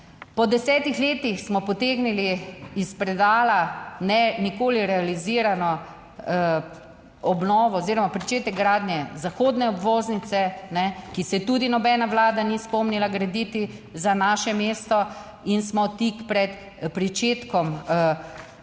Po desetih letih smo potegnili iz predala nikoli realizirano obnovo oziroma pričetek gradnje zahodne obvoznice, ki se je tudi nobena vlada ni spomnila graditi za naše mesto in smo tik pred pričetkom gradnje.